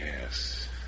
Yes